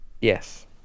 Yes